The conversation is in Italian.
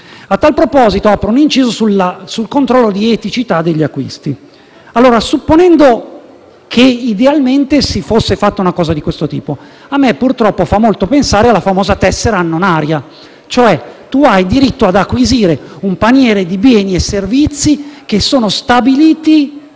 A tal proposito apro un inciso sul controllo di eticità degli acquisti. Supponendo che idealmente si fosse fatta una cosa di questo tipo, a me purtroppo fa molto pensare alla famosa tessera annonaria: il diritto ad acquisire un paniere di beni e servizi che sono stabiliti